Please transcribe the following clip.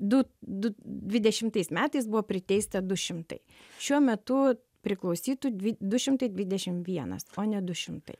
du du dvidešimtais metais buvo priteista du šimtai šiuo metu priklausytų dvi du šimtai dvidešim vienas o ne du šimtai